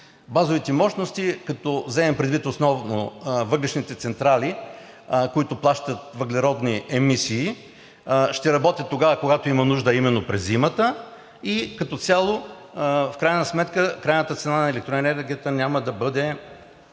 Базовите мощности, като вземем предвид основно въглищните централи, които плащат въглеродни емисии, ще работят тогава, когато има нужда, а именно – през зимата, и като цяло крайната цена на електроенергията няма да бъде